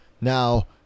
now